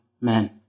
men